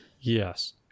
Yes